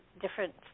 different